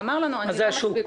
מי זה "השוק"?